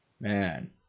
Man